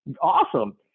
awesome